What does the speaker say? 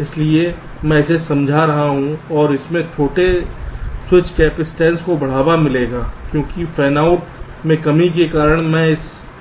इसलिए मैं इसे समझा रहा हूं इससे छोटे स्विच कैपेसिटेंस को बढ़ावा मिलेगा क्योंकि फैन आउट में कमी के कारण मैं